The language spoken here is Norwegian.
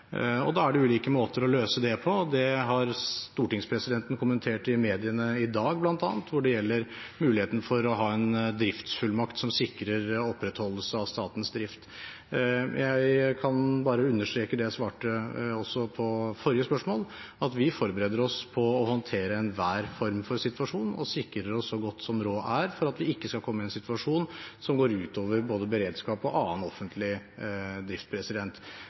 og da er det ulike måter å løse det på. Det har stortingspresidenten kommentert i mediene i dag, bl.a., det som gjelder muligheten for å ha en driftsfullmakt som sikrer opprettholdelse av statens drift. Jeg kan bare understreke det jeg svarte også på forrige spørsmål, at vi forbereder oss på å håndtere enhver form for situasjon, og sikrer oss så godt som rå er for at vi ikke skal komme i en situasjon som går ut over både beredskap og annen offentlig drift.